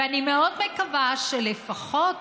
ואני מאוד מקווה שלפחות